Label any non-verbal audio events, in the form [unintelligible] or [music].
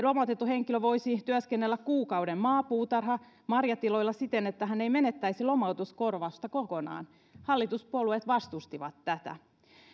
[unintelligible] lomautettu henkilö voisi työskennellä kuukauden maa puutarha marjatiloilla siten että hän ei menettäisi lomautuskorvausta kokonaan hallituspuolueet vastustivat tätä